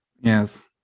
Yes